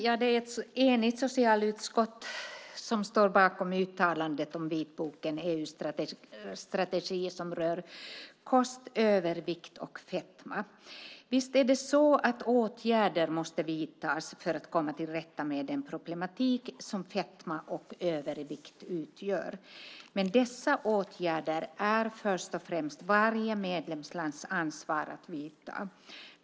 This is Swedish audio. Herr talman! Ett enigt socialutskott står bakom uttalandet om vitboken En EU-strategi för hälsofrågor som rör kost, övervikt och fetma . Visst måste åtgärder vidtas för att vi ska kunna komma till rätta med den problematik som fetma och övervikt utgör. Men dessa åtgärder är det först och främst varje medlemslands ansvar att vidta.